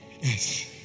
Yes